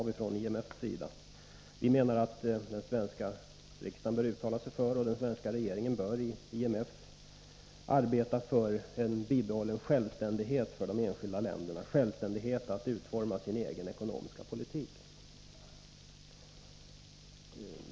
Vi menar att den svenska riksdagen bör uttala sig för, och att den svenska regeringen i IMF bör arbeta för, en bibehållen självständighet för de enskilda länderna, självständighet att utforma sin egen ekonomiska politik.